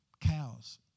cows